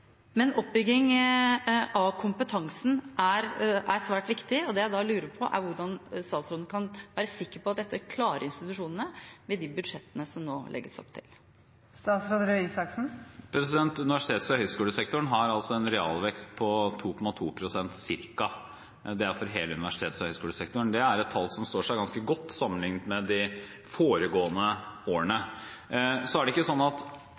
Oppbygging av kompetansen er svært viktig, og det jeg lurer på, er hvordan statsråden kan være sikker på at institusjonene klarer dette, med de budsjettene som det nå legges opp til. Universitets- og høyskolesektoren har en realvekst på ca. 2,2 pst. Det er for hele universitets- og høyskolesektoren. Det er et tall som står seg ganske godt, sammenliknet med de foregående årene. Så er det ikke sånn at